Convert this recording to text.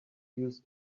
use